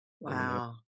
Wow